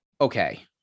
okay